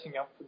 up